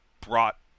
brought